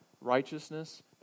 righteousness